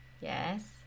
yes